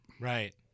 Right